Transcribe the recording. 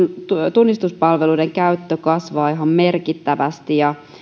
tunnistuspalveluiden käyttö kasvaa ihan merkittävästi